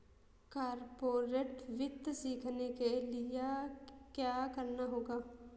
corporate वित्त सीखने के लिया क्या करना होगा